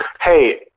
hey